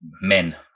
men